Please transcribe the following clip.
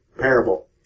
parable